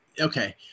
Okay